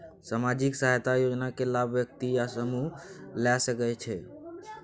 सामाजिक सहायता योजना के लाभ व्यक्ति या समूह ला सकै छै?